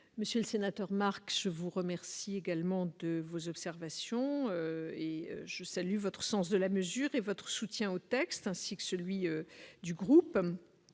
monsieur le sénateur Marc, je vous remercie également de vos observations et je salue votre sens de la mesure et votre soutien au texte, ainsi que celui. Du groupe